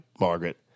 Margaret